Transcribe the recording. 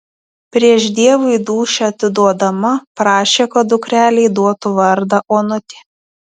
prieš dievui dūšią atiduodama prašė kad dukrelei duotų vardą onutė